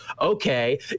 Okay